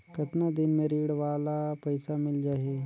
कतना दिन मे ऋण वाला पइसा मिल जाहि?